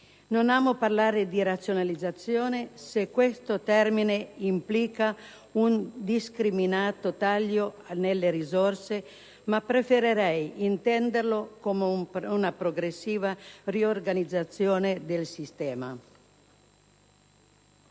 Non amo parlare di razionalizzazione, se questo termine implica un indiscriminato taglio delle risorse, ma preferirei intenderlo come una progressiva riorganizzazione del sistema.